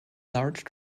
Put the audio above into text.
large